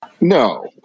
no